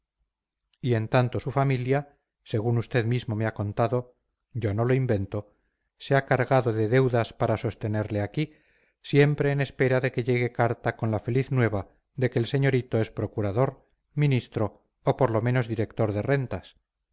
y en tanto su familia según usted mismo me ha contado yo no lo invento se ha cargado de deudas para sostenerle aquí siempre en espera de que llegue carta con la feliz nueva de que el señorito es procurador ministro o por lo menos director de rentas